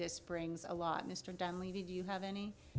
this brings a lot mr donnelly did you have any